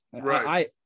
Right